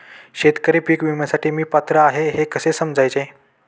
शेतकरी पीक विम्यासाठी मी पात्र आहे हे कसे समजायचे?